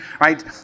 right